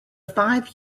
five